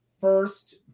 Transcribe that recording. first